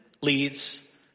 leads